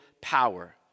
power